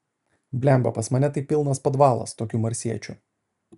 blemba pas mane tai pilnas podvalas tokių marsiečių